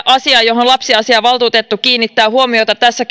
asia johon lapsiasiainvaltuutettu kiinnittää huomiota tässä